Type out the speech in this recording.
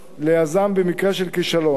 ליזם במקרה של כישלון.